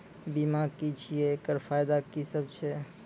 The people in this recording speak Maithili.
बीमा की छियै? एकरऽ फायदा की सब छै?